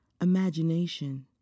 Imagination